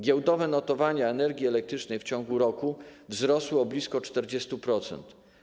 Giełdowe notowania energii elektrycznej w ciągu roku wzrosły o blisko 40%.